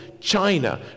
China